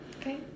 okay